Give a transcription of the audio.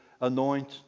anoint